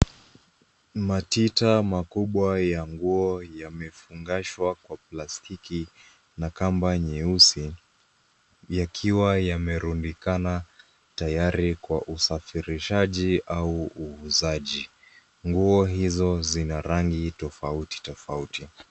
Matita makubwa ya nguo yamefungashwa kwa plastiki na kamba nyeusi yakiwa yamerundikandana tayari kwa usafirishaji au uuzaji. Nguo hizo zina rangi tofauti tofauti.